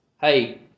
Hey